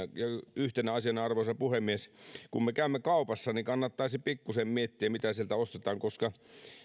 yhtenä asiana arvoisa puhemies kun me käymme kaupassa kannattaisi pikkusen miettiä mitä sieltä ostetaan koska